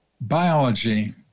biology